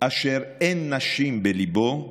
אשר אין נשים בליבו,